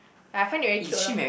I find it very cute loh